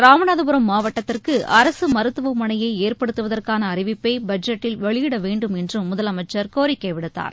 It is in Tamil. ராமநாதபுரம் மாவட்டத்திற்கு அரசு மருத்துவமனையை ஏற்படுத்துவதற்கான அறிவிப்பை பட்ஜெட்டில் வெளியிட வேண்டும் என்றும் முதலமைச்சர் கோரிக்கை விடுத்தார்